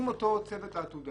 אם אותו צוות עתודה